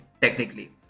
technically